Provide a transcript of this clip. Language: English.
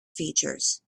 features